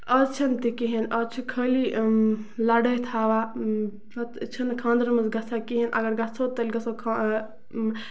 آز چھِنہٕ تَتہِ کِہیٖنۍ آز چھُ خٲلی لڑٲے تھاوان پَتہٕ چھِ نہٕ خاندرَن منٛز گژھان کِہیٖنۍ نہٕ اَگر گژھو تیٚلہِ گژھو